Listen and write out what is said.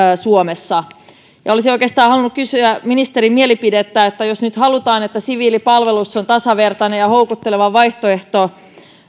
suomessa olisin oikeastaan halunnut kysyä ministerin mielipidettä että jos nyt halutaan että siviilipalvelus on tasavertainen ja houkutteleva vaihtoehto